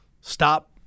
stop